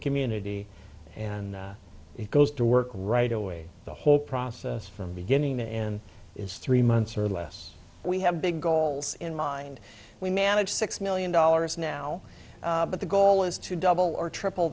community and it goes to work right away the whole process from beginning to end is three months or less we have big goals in mind we manage six million dollars now but the goal is to double or triple